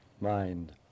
mind